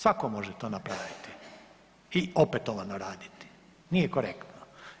Svako može to napraviti i opetovano raditi, nije korektno.